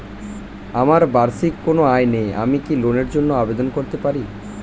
আমার বার্ষিক কোন আয় নেই আমি কি লোনের জন্য আবেদন করতে পারি?